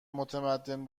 متمدن